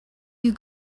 you